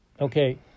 Okay